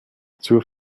zur